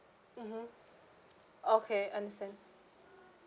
mmhmm okay understand